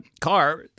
car